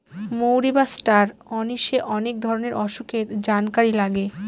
মৌরি বা star anise অনেক ধরনের অসুখের জানকারি লাগে